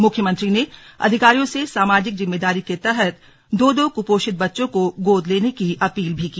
मुख्यमंत्री ने अधिकारियों से सामाजिक जिम्मेदारी के तहत दो दो कुपोषित बच्चों को गोद लेने की अपील भी की